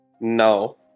No